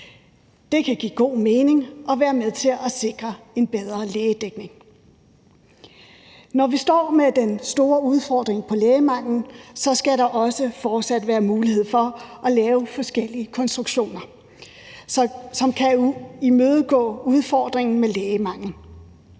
Det kan give god mening og være med til at sikre en bedre lægedækning. Når vi står med den store udfordring med lægemangel, skal der også fortsat være mulighed for at lave forskellige konstruktioner, som kan imødegå udfordringen med lægemangel.